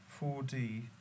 4D